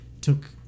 took